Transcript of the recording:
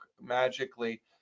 magically